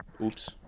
Oops